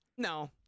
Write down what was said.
No